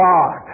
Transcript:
God